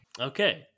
Okay